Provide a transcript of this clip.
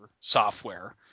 software